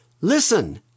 Listen